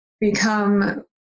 become